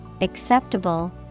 acceptable